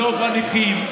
לא בנכים,